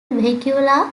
vehicular